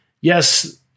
yes